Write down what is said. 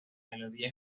melodía